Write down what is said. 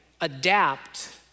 adapt